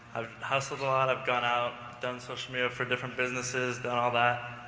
i've hustled a lot, i've gone out, done social media for different businesses, done all that,